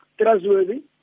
trustworthy